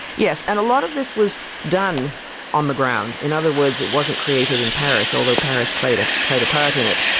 yes, and a lot of this was done on the ground. in other worlds, it wasn't created in paris, although paris played ah played a part in it.